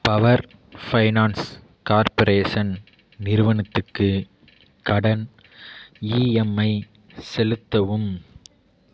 power finance corporation நிறுவனத்துக்கு கடன் EMI செலுத்தவும்